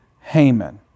Haman